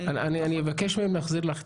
--- אני אבקש ממך להחזיר לך.